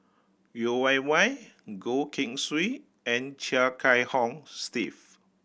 Yeo Wei Wei Goh Keng Swee and Chia Kiah Hong Steve